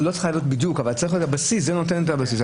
לא בדיוק, אבל זה נותן את הבסיס.